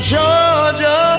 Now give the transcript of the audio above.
Georgia